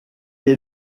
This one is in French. est